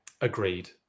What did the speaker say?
Agreed